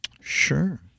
Sure